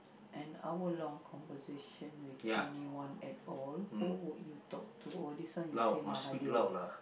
an hour long conversation with anyone at all who would you talk to oh this one you same Mahathir